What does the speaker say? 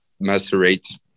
macerate